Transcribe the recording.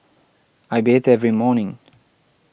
I bathe every morning